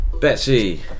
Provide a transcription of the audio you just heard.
Betsy